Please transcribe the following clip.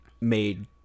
made